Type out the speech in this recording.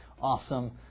awesome